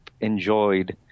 enjoyed